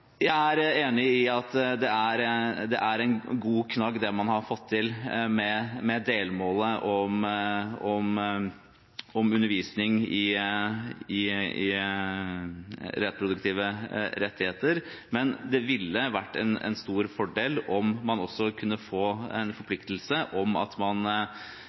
Jeg er enig i at det er en god knagg det man har fått til med delmålet om undervisning i reproduktive rettigheter, men det ville vært en stor fordel om man også kunne få en forpliktelse om at man